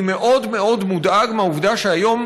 אני מאוד מאוד מודאג מהעובדה שהיום,